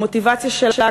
המוטיבציה שלה,